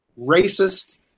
racist